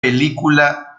película